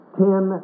ten